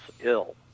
ill